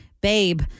babe